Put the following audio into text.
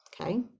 okay